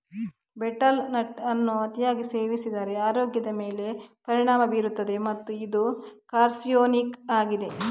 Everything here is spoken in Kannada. ಬೆಟೆಲ್ ನಟ್ ಅನ್ನು ಅತಿಯಾಗಿ ಸೇವಿಸಿದರೆ ಆರೋಗ್ಯದ ಮೇಲೆ ಪರಿಣಾಮ ಬೀರುತ್ತದೆ ಮತ್ತು ಇದು ಕಾರ್ಸಿನೋಜೆನಿಕ್ ಆಗಿದೆ